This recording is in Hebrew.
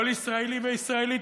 כל ישראלי וישראלית,